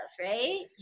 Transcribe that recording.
right